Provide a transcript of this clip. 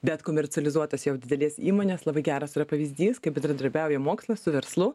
bet komercializuotas jau didelės įmonės labai geras pavyzdys kaip bendradarbiauja mokslas su verslu